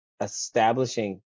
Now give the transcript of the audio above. establishing